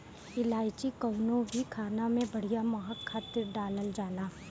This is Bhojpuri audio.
इलायची कवनो भी खाना में बढ़िया महक खातिर डालल जाला